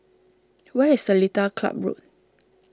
where is Seletar Club Road